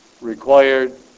required